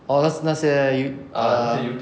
orh 那那些 you~ err